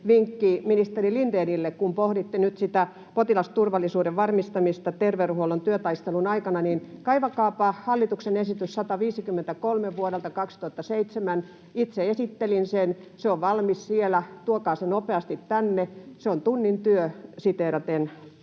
vinkki ministeri Lindénille: Kun pohditte nyt sitä potilasturvallisuuden varmistamista terveydenhuollon työtaistelun aikana, niin kaivakaapa hallituksen esitys 153 vuodelta 2007. Itse esittelin sen, se on valmis siellä, tuokaa se nopeasti tänne. ”Se on tunnin työ”, siteeraten